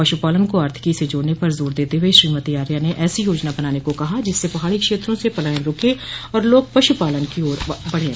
पश् पालन को आर्थिकी से जोड़ने पर जोर देते हुए श्रीमंती आर्या ने ऐसी योजना बनाने को कहा जिससे पहाड़ी क्षेत्रों से पलायन रूके और लोग पशुपालन की ओर बढें